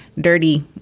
dirty